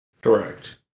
Correct